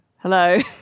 Hello